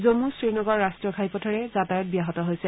জম্মু শ্ৰীনগৰ ৰাষ্ট্ৰীয় ঘাইপথেৰে যাতায়ত ব্যাহত হৈছে